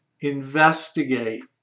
Investigate